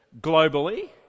globally